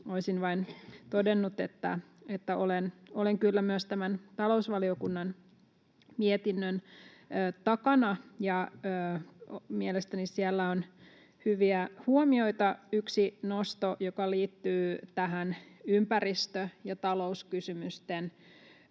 olisin vain todennut, että olen kyllä myös tämän talousvaliokunnan mietinnön takana. Mielestäni siellä on hyviä huomioita. Yksi nosto, joka liittyy tähän ympäristö‑ ja talouskysymysten